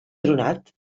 tronat